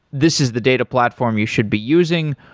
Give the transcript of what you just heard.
this is the data platform you should be using.